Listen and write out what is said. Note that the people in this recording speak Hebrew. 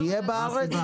שיהיה בארץ?